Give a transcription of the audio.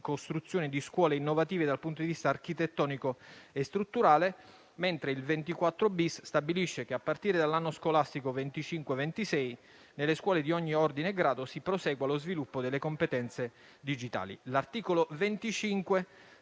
costruzione di scuole innovative dal punto di vista architettonico e strutturale, mentre il 24-*bis* stabilisce che a partire dall'anno scolastico 2025-2026 nelle scuole di ogni ordine e grado si prosegua lo sviluppo delle competenze digitali. L'articolo 25